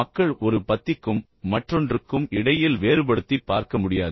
மக்கள் ஒரு பத்திக்கும் மற்றொன்றுக்கும் இடையில் வேறுபடுத்திப் பார்க்க முடியாது